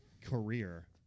career